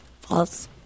False